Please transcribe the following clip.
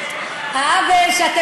את מזייפת שמלות וגם מזייפת היסטוריה.